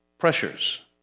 pressures